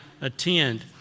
attend